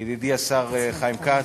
ידידי השר חיים כץ,